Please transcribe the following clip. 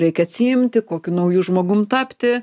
reikia atsiimti kokiu nauju žmogum tapti